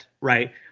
Right